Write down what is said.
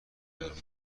کنار